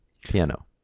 piano